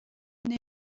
نمی